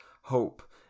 hope